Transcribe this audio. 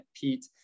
Pete